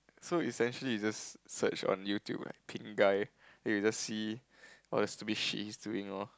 so essentially you just search on YouTube right Pink Guy and you just see all the stupid shit he's doing loh